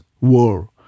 war